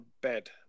bed